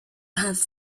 have